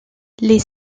les